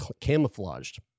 camouflaged